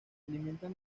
alimentan